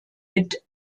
mit